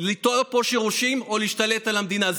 לנטוע פה שורשים או להשתלט על המדינה.